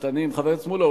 חבר הכנסת מולה,